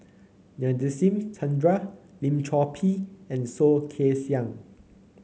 Nadasen Chandra Lim Chor Pee and Soh Kay Siang